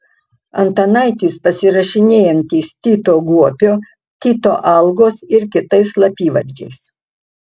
antanaitis pasirašinėjantis tito guopio tito algos ir kitais slapyvardžiais